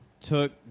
took